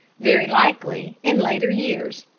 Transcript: very likely, in later years.